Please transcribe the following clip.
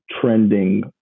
trending